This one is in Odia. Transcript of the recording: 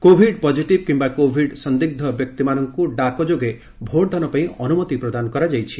କୋଭିଡ ପଜିଟିଭ୍ କିୟା କୋଭିଡ ସନ୍ଦିଗ୍ଧ ବ୍ୟକ୍ତିମାନଙ୍କୁ ଡାକ ଯୋଗେ ଭୋଟ୍ ଦାନ ପାଇଁ ଅନୁମତି ଦିଆଯାଇଛି